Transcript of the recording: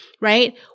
right